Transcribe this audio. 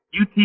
UT